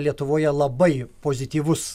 lietuvoje labai pozityvus